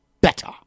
better